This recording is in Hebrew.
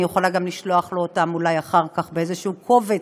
אני יכולה גם לשלוח לו אותם אולי אחר כך באיזשהו קובץ,